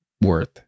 worth